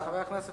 חבר הכנסת